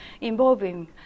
involving